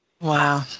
Wow